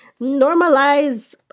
normalize